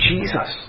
Jesus